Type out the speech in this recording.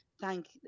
thank